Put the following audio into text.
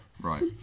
Right